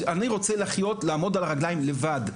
אני רוצה לעמוד על הרגליים לבד,